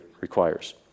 requires